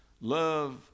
love